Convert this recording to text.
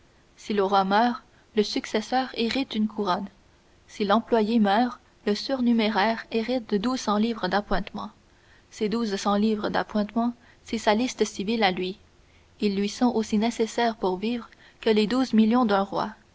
si le roi meurt le successeur hérite une couronne si l'employé meurt le surnuméraire hérite douze cents livres d'appointements ces douze cents livres d'appointements c'est sa liste civile à lui ils lui sont aussi nécessaires pour vivre que les douze millions d'un roi